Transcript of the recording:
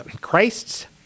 Christ's